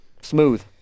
Smooth